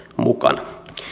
mukana